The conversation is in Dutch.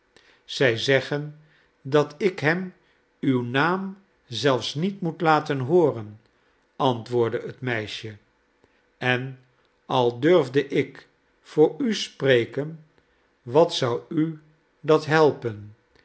zij zeggen dat ik hem uw naam zelfs niet moet laten hooren antwoordde het meisje en al durfde ik voor u spreken wat zou u dat helpen